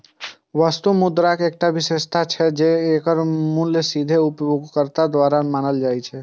वस्तु मुद्राक एकटा विशेषता छै, जे एकर मूल्य सीधे उपयोगकर्ता द्वारा मानल जाइ छै